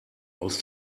aus